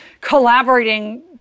collaborating